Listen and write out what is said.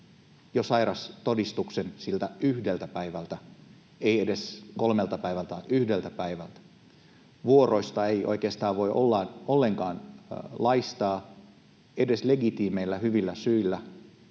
jo sairaustodistuksen siltä yhdeltä päivältä — ei edes kolmelta päivältä, vaan yhdeltä päivältä. Vuoroista ei oikeastaan voi ollenkaan laistaa edes legitiimeillä, hyvillä syillä.